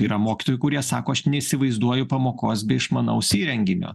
yra mokytojų kurie sako aš neįsivaizduoju pamokos be išmanaus įrenginio